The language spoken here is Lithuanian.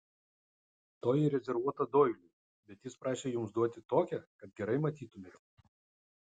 toji rezervuota doiliui bet jis prašė jums duoti tokią kad gerai matytumėte